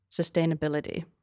sustainability